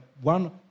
one